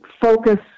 focus